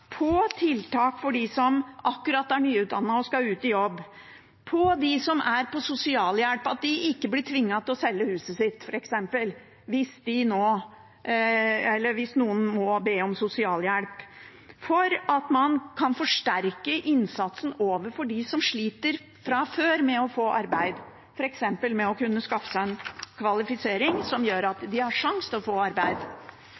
tiltak for dem som akkurat er nyutdannede og skal ut i jobb, om dem som er på sosialhjelp, at de f.eks. ikke blir tvunget til å selge huset sitt hvis en må be om sosialhjelp, og for at man kan forsterke innsatsen overfor dem som sliter fra før med å få arbeid, f.eks. med å kunne skaffe seg en kvalifisering som gjør